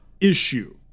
issue